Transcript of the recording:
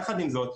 יחד עם זאת,